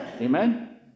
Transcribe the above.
amen